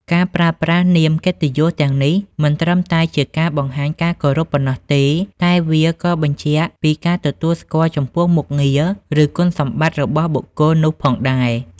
ការប្រើប្រាស់នាមកិត្តិយសទាំងនេះមិនត្រឹមតែជាការបង្ហាញការគោរពប៉ុណ្ណោះទេ តែវាក៏បញ្ជាក់ពីការទទួលស្គាល់ចំពោះមុខងារ ឬគុណសម្បត្តិរបស់បុគ្គលនោះផងដែរ។